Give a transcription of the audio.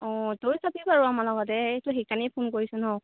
অঁ তই চাবি বাৰু আমাৰ লগতে এই সেইকাৰণেই ফোন কৰিছো ন